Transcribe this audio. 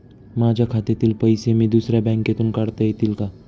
माझ्या खात्यातील पैसे मी दुसऱ्या बँकेतून काढता येतील का?